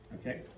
Okay